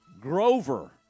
Grover